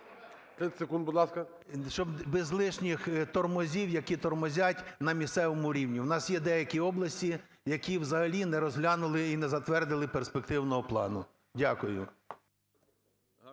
30 секунд, будь ласка. ФЕДОРУК М.Т. …щоб без лишніх "тормозів", які тормозять на місцевому рівні. У нас є деякі області, які взагалі не розглянули і не затвердили перспективного плану. Дякую.